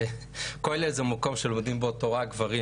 כולל זה מקום שלומדים בו תורה גברים